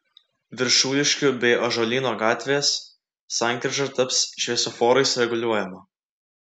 viršuliškių bei ąžuolyno gatvės sankryža taps šviesoforais reguliuojama